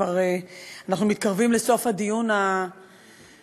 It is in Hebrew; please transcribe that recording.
כבר אנחנו מתקרבים לסוף הדיון המורכב,